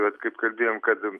vat kaip kalbėjom kad